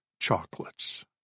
Chocolates